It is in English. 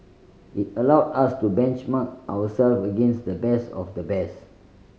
it allowed us to benchmark ourself against the best of the best